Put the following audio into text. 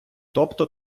тобто